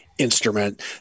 instrument